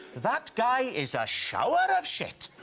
that guy is a shower of shit.